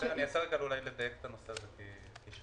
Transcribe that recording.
אני אנסה לדייק את הנושא הזה כי שאלת